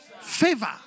Favor